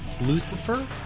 Lucifer